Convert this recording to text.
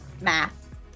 math